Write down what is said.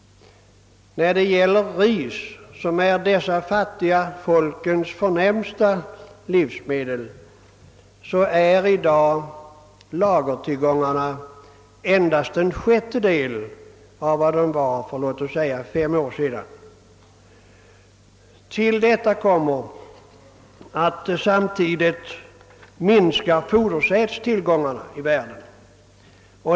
När det gäller riset — dessa fattiga folks viktigaste livsmedel — är lagertillgångarna i dag endast en sjättedel av vad de var för fem år sedan. Samtidigt minskar fodersädtillgångarna i världen.